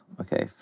Okay